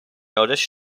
notice